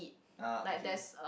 uh okay